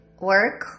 work